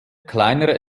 kleinere